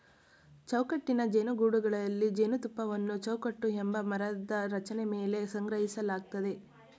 ಚೌಕಟ್ಟಿನ ಜೇನುಗೂಡುಗಳಲ್ಲಿ ಜೇನುತುಪ್ಪವನ್ನು ಚೌಕಟ್ಟು ಎಂಬ ಮರದ ರಚನೆ ಮೇಲೆ ಸಂಗ್ರಹಿಸಲಾಗ್ತದೆ